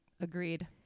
Agreed